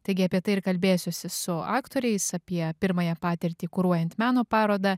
taigi apie tai ir kalbėsiuosi su aktoriais apie pirmąją patirtį kuruojant meno parodą